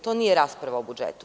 To nije rasprava o budžetu.